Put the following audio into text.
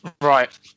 Right